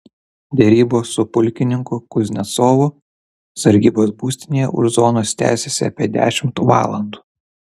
derybos su pulkininku kuznecovu sargybos būstinėje už zonos tęsėsi apie dešimt valandų